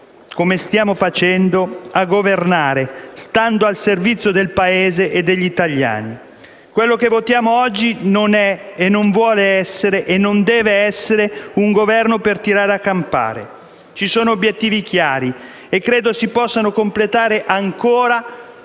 come stiamo facendo, a governare stando a servizio del Paese e degli italiani. Quello che votiamo oggi non è, non vuole e non deve essere un Governo per tirare a campare: ci sono obiettivi chiari e credo si possano ancora